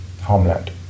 homeland